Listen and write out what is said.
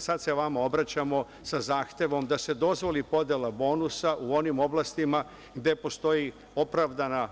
Sad se vama obraćamo sa zahtevom da se dozvoli podela bonusa u onim oblastima gde postoji opravdana